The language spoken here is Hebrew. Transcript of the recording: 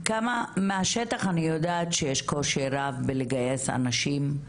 מהשטח אני יודעת שיש קושי רב בלגייס אנשים,